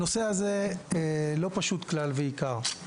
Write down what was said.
הנושא הזה לא פשוט כלל ועיקר,